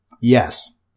yes